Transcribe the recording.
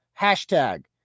hashtag